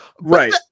Right